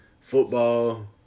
football